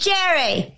Jerry